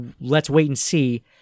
let's-wait-and-see